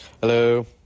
Hello